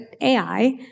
AI –